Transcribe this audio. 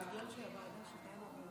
הודעת הממשלה על